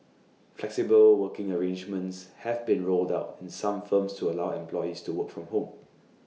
flexible working arrangements have been rolled out in some firms to allow employees to work from home